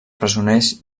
presoners